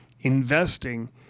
investing